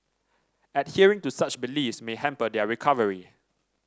adhering to such beliefs may hamper their recovery